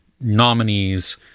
nominees